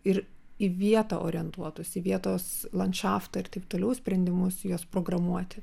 ir į vietą orientuotus į vietos landšaftą ir taip toliau sprendimus juos programuoti